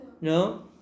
No